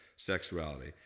sexuality